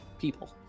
people